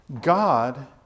God